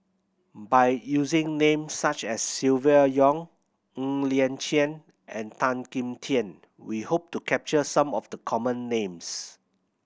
by using names such as Silvia Yong Ng Liang Chiang and Tan Kim Tian we hope to capture some of the common names